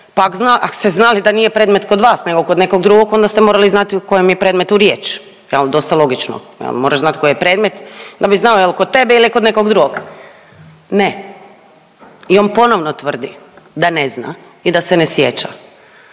ako ste znali da nije predmet kod vas nego kod nekog drugog onda ste morali znati o kojem je predmetu riječ, je li dosta logično. Moraš znati koji je predmet da bi znao jel' kod tebe ili kod nekog drugog. Ne i on ponovno tvrdi da ne zna i da se ne sjeća.